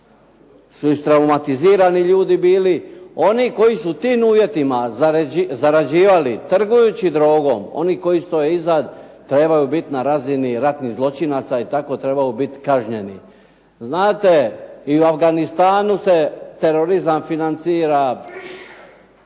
su istraumatizirani ljudi bili. Oni koji su u tim uvjetima zarađivali trgujući drogom, oni koji stoje iza trebaju biti na razini ratnih zločinaca i tako trebaju biti kažnjeni. Znate i u Afganistanu se terorizam financira